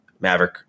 Maverick